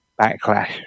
backlash